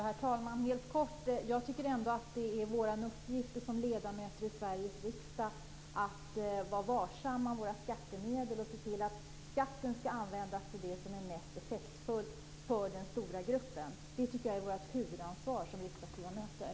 Herr talman! Jag tycker att det är vår uppgift som ledamöter i Sveriges riksdag att vara varsamma med våra skattemedel och se till att skatten används till det som är mest effektfullt för den stora gruppen. Det är vårt huvudansvar som riksdagsledamöter.